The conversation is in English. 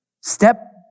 Step